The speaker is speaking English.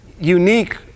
unique